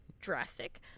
drastic